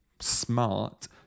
smart